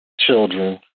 children